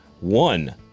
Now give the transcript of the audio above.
one